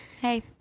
Hey